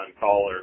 caller